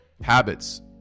habits